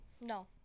No